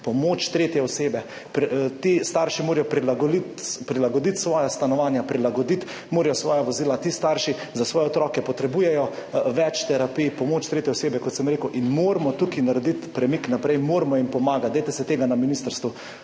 pomoč tretje osebe, ti starši morajo prilagoditi svoja stanovanja, prilagoditi morajo svoja vozila, ti starši za svoje otroke potrebujejo več terapij, pomoč tretje osebe, kot sem rekel, in tukaj moramo narediti premik naprej, moramo jim pomagati. Dajte se na ministrstvu